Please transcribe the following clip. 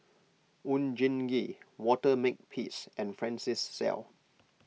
Oon Jin Gee Walter Makepeace and Francis Seow